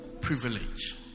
privilege